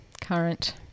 current